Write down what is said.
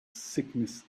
sickness